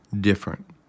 different